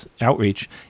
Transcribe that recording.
outreach